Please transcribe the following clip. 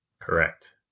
Correct